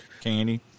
candy